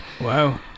Wow